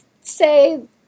say